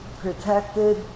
protected